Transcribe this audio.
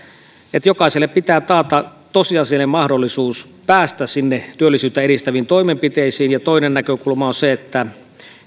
että jokaiselle pitää taata tosiasiallinen mahdollisuus päästä sinne työllisyyttä edistäviin toimenpiteisiin toinen näkökulma on se että